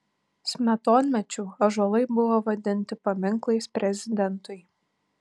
smetonmečiu ąžuolai buvo vadinti paminklais prezidentui